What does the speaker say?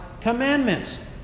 commandments